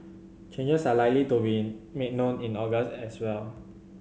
changes are likely to be made known in August as well